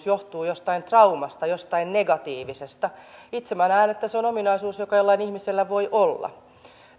johtuu jostain traumasta jostain negatiivisesta itse minä näen että se on ominaisuus joka jollain ihmisellä voi olla